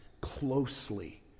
closely